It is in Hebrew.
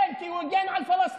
כן, כי הוא הגן על פלסטינים.